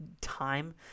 time